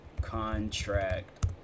contract